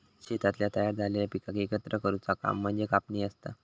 शेतातल्या तयार झालेल्या पिकाक एकत्र करुचा काम म्हणजे कापणी असता